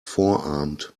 forearmed